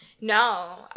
No